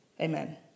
Amen